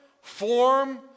form